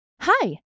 Hi